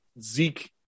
Zeke